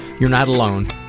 you're not alone,